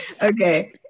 Okay